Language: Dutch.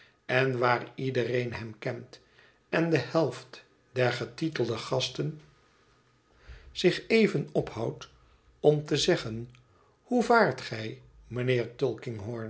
en waar iedereen hem kent en de helft der getitelde gasten zich even ophoudt om te zeggen hoe vaart gij mijnheer